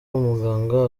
umuganga